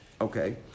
Okay